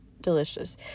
delicious